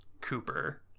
Cooper